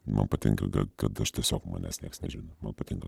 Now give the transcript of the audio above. man patinka kad aš tiesiog manęs niekas nežino man patinka